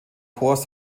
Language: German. corps